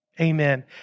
Amen